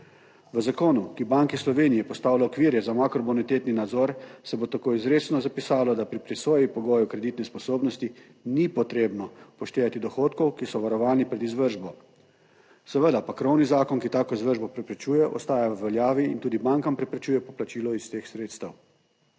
V zakonu, ki Banki Slovenije postavlja okvirje za makrobonitetni nadzor, se bo tako izrecno zapisalo, da pri presoji pogojev kreditne sposobnosti ni potrebno upoštevati dohodkov, ki so varovani pred izvršbo, seveda pa krovni zakon, ki tako izvršbo preprečuje, ostaja v veljavi in tudi bankam preprečuje poplačilo iz teh sredstev.